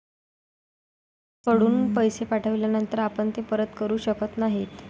एकदा आपण आर.टी.जी.एस कडून पैसे पाठविल्यानंतर आपण ते परत करू शकत नाही